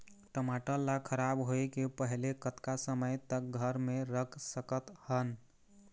टमाटर ला खराब होय के पहले कतका समय तक घर मे रख सकत हन?